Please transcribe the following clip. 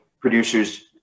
producers